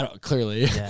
Clearly